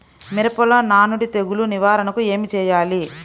మిరపలో నానుడి తెగులు నివారణకు ఏమి చేయాలి?